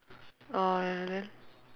orh ya then